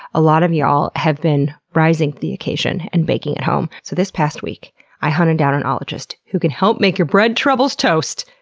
a lot of y'all have been rising to the occasion and baking at home. so this past week i hunted down an ologist who can help make your bread troubles toast!